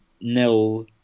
nil